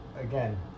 again